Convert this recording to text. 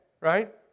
right